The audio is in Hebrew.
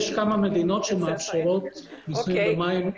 יש כמה מדינות שמאפשרות נישואים במים בינלאומיים.